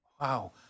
Wow